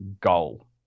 Goal